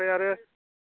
आमफ्राय आरो